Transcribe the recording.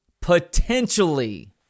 potentially